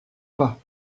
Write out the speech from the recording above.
pas